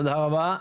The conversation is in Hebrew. תודה רבה.